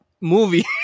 movie